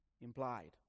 Implied